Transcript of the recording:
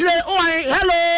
Hello